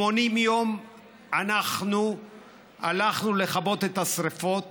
80 יום אנחנו הלכנו לכבות את השרפות